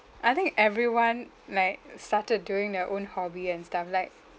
I think everyone like started doing their own hobby and stuff like